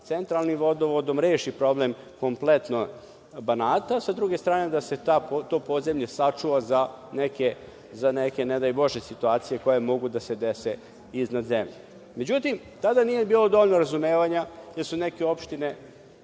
Centralnim vodovodom, reši problem kompletno Banata. Sa druge strane, da se to podzemlje sačuva za neke, ne daj bože, situacije koje mogu da se dese iznad zemlje.Međutim tada nije bilo dovoljno razumevanja, jedna opština